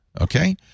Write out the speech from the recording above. Okay